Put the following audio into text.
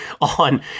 on